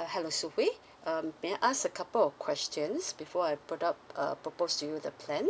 uh hello shu hwei um may I ask a couple questions before I put up uh propose to you the plan